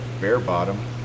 bare-bottom